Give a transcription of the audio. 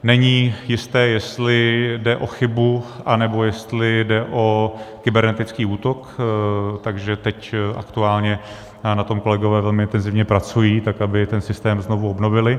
Není jisté, jestli jde o chybu, nebo jestli jde kybernetický útok, takže teď aktuálně na tom kolegové velmi intenzivně pracují tak, aby ten systém znovu obnovili.